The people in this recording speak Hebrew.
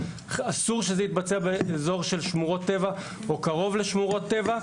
אסור שזה יתבצע באזור של שמורות טבע או קרוב לשמורות טבע,